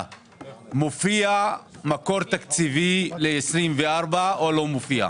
מופיע מקור תקציבי ל-2024 או לא מופיע?